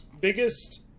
biggest